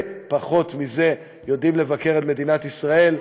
פחות מזה יודעים לבקר את מדינת ישראל.